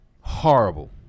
horrible